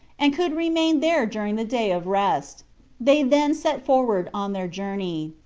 and could re main there during the day of rest they then set forward on their journey.